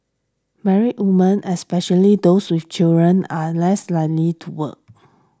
married women especially those with children are less likely to work